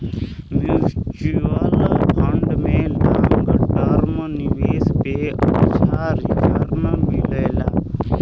mutual fund में long term निवेश पे अच्छा रीटर्न मिलला